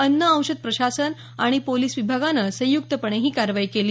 अन्न औषध प्रशासन आणि पोलिस विभागानं संयुक्तपणे ही कारवाई केली